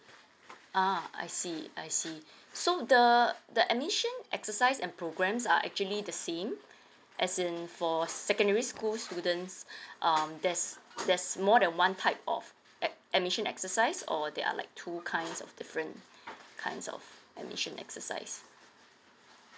ah I see I see so the the admission exercise and programs are actually the same as in for secondary school students um there's there's more than one type of ad~ admission exercise or they are like two kinds of different kinds of admission exercise